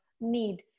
need